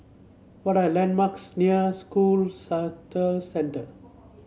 what are landmarks near School Centre